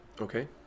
Okay